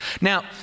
now